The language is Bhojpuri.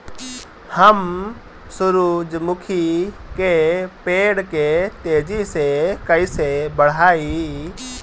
हम सुरुजमुखी के पेड़ के तेजी से कईसे बढ़ाई?